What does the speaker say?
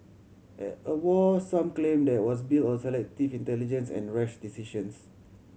a war some claim that was built on selective intelligence and rash decisions